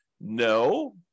No